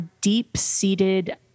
deep-seated